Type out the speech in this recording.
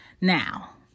Now